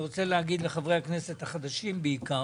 אני רוצה להגיד לחברי הכנסת החדשים בעיקר,